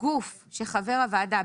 גוף שחבר הוועדה,